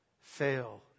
Fail